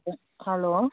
hello